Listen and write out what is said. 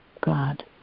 God